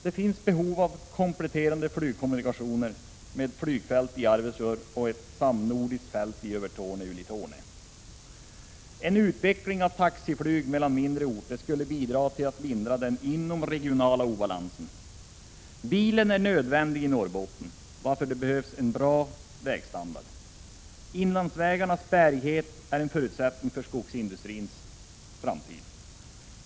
Det finns behov av kompletterande flygkommunikationer med flygfält i Arvidsjaur och ett samnordiskt fält i Övertorneå/Ullitornio. En utveckling av taxiflyg mellan mindre orter skulle bidra till att lindra den inomregionala obalansen. Bilen är nödvändig i Norrbotten, varför det behövs en bra vägstandard. Inlandsvägarnas bärighet är en förutsättning för skogsindustrins framtid.